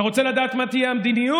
אתה רוצה לדעת מה תהיה המדיניות,